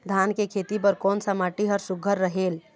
धान के खेती बर कोन सा माटी हर सुघ्घर रहेल?